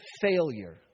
failure